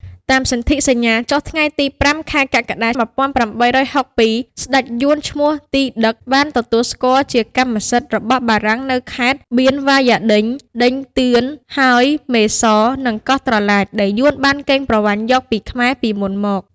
តាមសន្ធិសញ្ញាចុះថ្ងៃទី៥ កក្កដា ១៨៦២ ស្ដេចយួន ឈ្មោះ ទី ឌឹក បានទទួលស្គាល់ជាកម្មសិទ្ធិរបស់បារាំងនូវខេត្ត បៀនវ៉ាយ៉ាឌិញ ឌិញទឿន ហើយ មេសរនិងកោះត្រឡាច ដែលយួនបានកេងប្រវ័ញ្ចយកពីខ្មែរពីមុនមក។